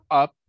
up